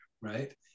right